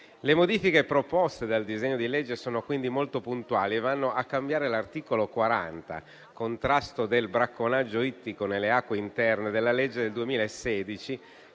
Le modifiche proposte dal disegno di legge sono quindi molto puntuali e vanno a cambiare l'articolo 40 (Contrasto del bracconaggio ittico nelle acque interne) della legge n. 154